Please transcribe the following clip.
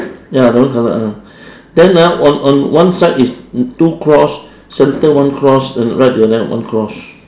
ya the one colour ah then ah on on one side is two cross centre one cross and right to your left one cross